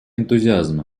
энтузиазм